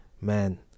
Man